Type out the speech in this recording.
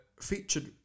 featured